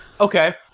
Okay